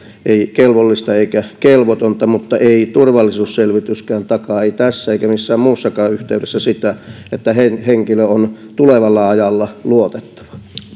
kelvollista eikä kelvotonta mutta ei turvallisuusselvityskään takaa ei tässä eikä missään muussakaan yhteydessä että henkilö on tulevalla ajalla luotettava